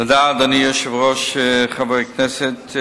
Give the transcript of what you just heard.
אדוני היושב-ראש, חברי הכנסת,